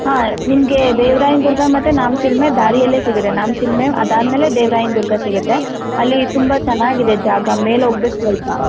ಹಾಂ ನಿಮಗೆ ದೇವ್ರಾಯನ ದುರ್ಗ ಮತ್ತು ನಾಮ ಚಿಲುಮೆ ದಾರಿಯಲ್ಲೇ ಸಿಗತ್ತೆ ನಾಮ ಚಿಲುಮೆ ಅದಾದ ಮೇಲೆ ದೇವ್ರಾಯನ ದುರ್ಗ ಸಿಗುತ್ತೆ ಅಲ್ಲಿ ತುಂಬ ಚೆನ್ನಾಗಿದೆ ಜಾಗ ಮೇಲೆ ಹೋಗ್ಬೇಕ್ ಸ್ವಲ್ಪ